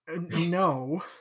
No